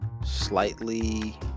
slightly